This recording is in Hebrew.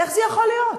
איך זה יכול להיות?